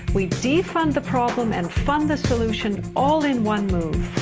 we defund the problem and fund the solutions all in one move.